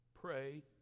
pray